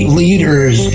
leaders